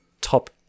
top